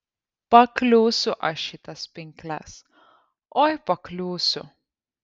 pakliūsiu aš į tas pinkles oi pakliūsiu